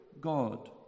God